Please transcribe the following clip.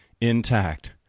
intact